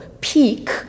peak